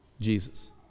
Jesus